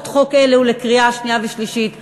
חוק אלה לקריאה שנייה ושלישית במליאה.